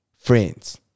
friends